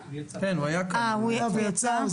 הוא היה ויצא.